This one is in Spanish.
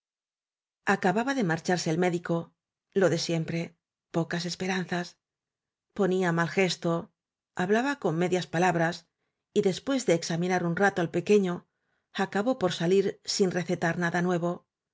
acababa de marcharse el médico lo de siempre pocas esperanzas ponía mal gesto hablaba con medias palabras y después de examinar un rato al pequeño acabó por sa lir sin recetar nada nuevo